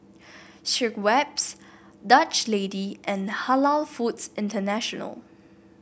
Schweppes Dutch Lady and Halal Foods International